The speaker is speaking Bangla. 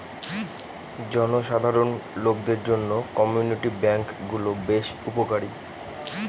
জনসাধারণ লোকদের জন্য কমিউনিটি ব্যাঙ্ক গুলো বেশ উপকারী